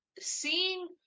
seeing